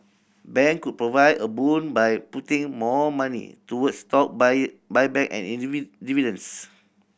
bank could provide a boon by putting more money toward stock buyback and dividends